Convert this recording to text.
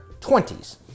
20s